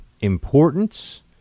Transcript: importance